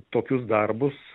tokius darbus